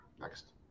next